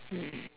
mm